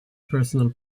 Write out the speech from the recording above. personal